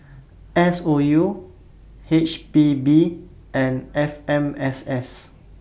S O U H P B and F M S S